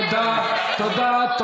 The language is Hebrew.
תודה.